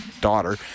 daughter